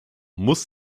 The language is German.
muss